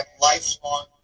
lifelong